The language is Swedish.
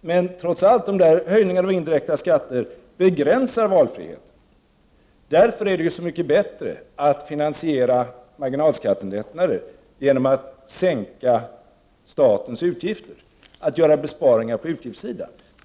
men de där höjningarna och indirekta skatterna begränsar trots allt valfriheten. Därför är det så mycket bättre att finansiera marginalskattelättnader genom att sänka statens utgifter, att göra besparingar på utgiftssidan.